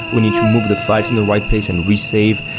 we need to move the files in the right place and re-save.